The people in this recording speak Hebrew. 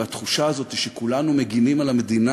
והתחושה הזאת שכולנו מגינים על המדינה